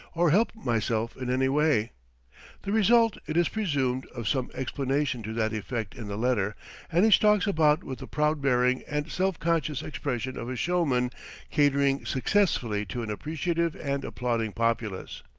or help myself in any way the result, it is presumed, of some explanation to that effect in the letter and he stalks about with the proud bearing and self-conscious expression of a showman catering successfully to an appreciative and applauding populace.